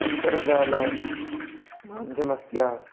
अन्तर्जालमाध्यमस्य